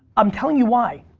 i'm telling you why,